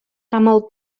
camel